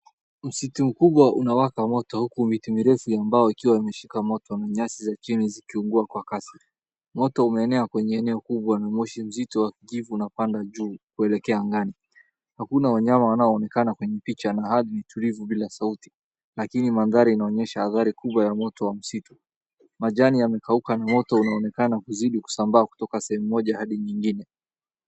Msitu mkubwa unawaka moto huku miti mirefu ya mbao ikiwa imeshika moto na nyasi za chini zikiungua kwa kasi. Moto umeenea kwenye eneo kubwa na moshi mzito wa kijivu unapanda juu kuelekea angani. Hakuna wanyama wanaonekana kwenye picha na hali ni tulivu bila sauti. Lakini mandhari inaonyesha athari kubwa ya moto wa msitu. Majani yamekauka na moto unaonekana kuzidi kusambaa kutoka sehemu moja hadi nyingine.